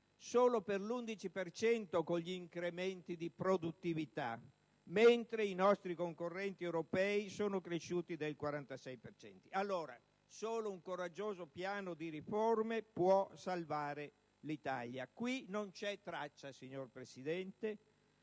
l'11 per cento con gli incrementi di produttività, mentre i nostri concorrenti europei sono cresciuti del 46 per cento. Solo un coraggioso piano di riforme può salvare l'Italia, e in questo progetto, signora Presidente,